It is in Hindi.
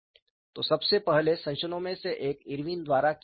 तो सबसे पहले संशोधनों में से एक इरविन द्वारा किया गया था